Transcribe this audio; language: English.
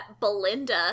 Belinda